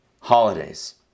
holidays